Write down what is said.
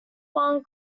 one